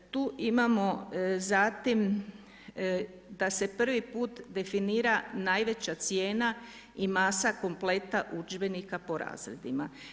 Tu imamo zatim da se prvi put definira najveća cijene i masa kompleta udžbenika po razredima.